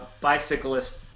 bicyclist